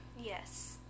yes